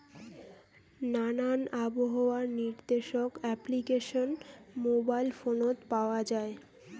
নানান আবহাওয়া নির্দেশক অ্যাপ্লিকেশন মোবাইল ফোনত পাওয়া যায়